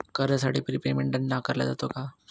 कर्जासाठी prepayment दंड आकारला जातो का?